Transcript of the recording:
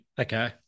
okay